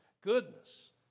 goodness